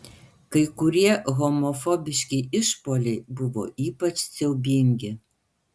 kai kurie homofobiški išpuoliai buvo ypač siaubingi